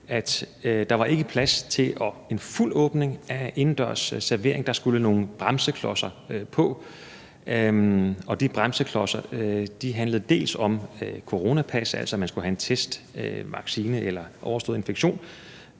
at der ikke var plads til en fuld åbning af indendørs servering. Der skulle nogle bremseklodser på, og de bremseklodser handlede dels om coronapas, altså at man skulle have en test, vaccine eller overstået infektion,